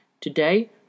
Today